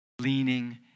leaning